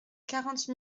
quarante